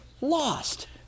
lost